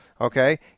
okay